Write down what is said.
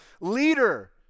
leader